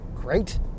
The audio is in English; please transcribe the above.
great